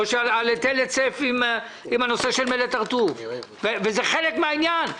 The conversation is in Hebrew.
או על היטל היצף על מלט הרטוב, וזה חלק מן העניין.